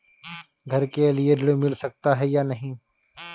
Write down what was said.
घर के लिए ऋण मिल सकता है या नहीं?